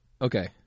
Okay